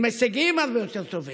עם הישגים הרבה יותר טובים.